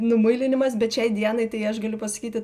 numuilinimas bet šiai dienai tai aš galiu pasakyti